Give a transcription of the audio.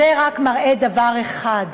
זה רק מראה דבר אחד,